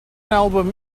album